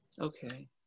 Okay